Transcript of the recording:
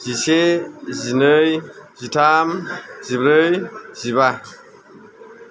जिसे जिनै जिथाम जिब्रै जिबा